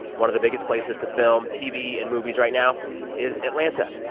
one of the biggest places to film tv and movies right now is atlanta,